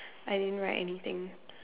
I didn't write anything